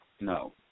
no